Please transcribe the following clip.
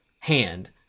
Hand